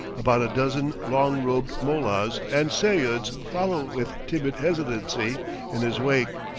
about a dozen long-robed mollahs and seyuds follow with timid hesitancy in his wake.